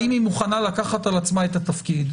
האם היא מוכנה לקחת על עצמה את התפקיד,